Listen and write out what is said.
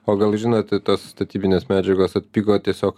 o gal žinote tos statybines medžiagos atpigo tiesiog